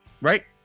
Right